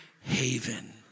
haven